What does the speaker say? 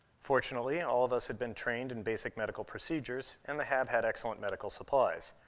fortunately, all of us had been trained in basic medical procedures, and the hab had excellent medical supplies.